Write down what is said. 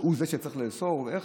שהוא זה שצריך לאסור ואיך,